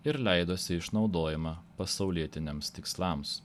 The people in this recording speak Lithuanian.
ir leidosi išnaudojama pasaulietiniams tikslams